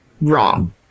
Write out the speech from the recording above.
wrong